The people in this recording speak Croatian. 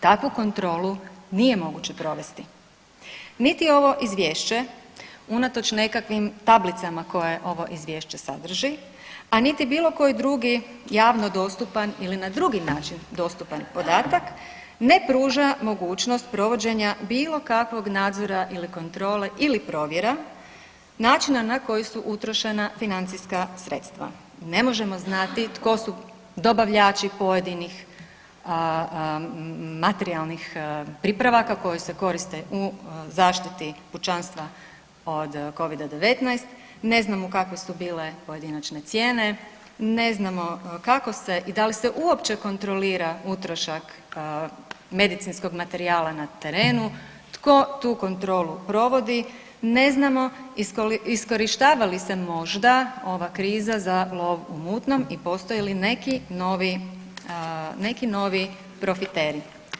Takvu kontrolu nije moguće provesti, niti ovo izvješće unatoč nekakvim tablicama koje ovo izvješće sadrži, a niti bilo koji drugi javno dostupan ili na drugi način dostupan podatak ne pruža mogućnost provođenja bilo kakvog nadzora ili kontrole ili provjera načina na koji su utrošena financijska sredstva, ne možemo znati tko su dobavljači pojedinih materijalnih pripravaka koji se koriste u zaštiti pučanstva od Covid-19, ne znamo kakve su bile pojedinačne cijene, ne znamo kako se i da li se uopće kontrolira utrošak medicinskog materijala na terenu, tko tu kontrolu provodi, ne znamo iskorištava li se možda ova kriza za lov u mutnom i postoje li neki novi, neki novi profiteri.